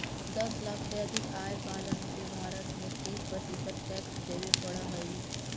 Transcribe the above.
दस लाख से अधिक आय वालन के भारत में तीस प्रतिशत टैक्स देवे पड़ऽ हई